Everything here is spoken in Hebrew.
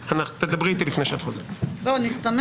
אני קורא